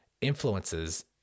influences